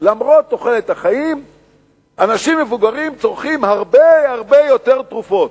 למרות תוחלת החיים אנשים מבוגרים צורכים הרבה הרבה יותר תרופות.